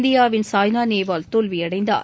இந்தியாவின் சாய்னா நேவால் தோல்வியடைந்தார்